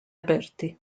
aperti